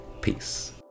Peace